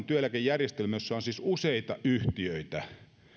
työeläkejärjestelmässä jossa on siis useita yhtiöitä